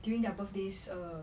during their birthdays err